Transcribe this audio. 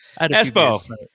Espo